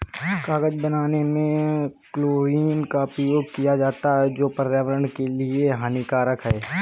कागज बनाने में क्लोरीन का प्रयोग किया जाता है जो पर्यावरण के लिए हानिकारक है